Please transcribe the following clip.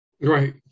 Right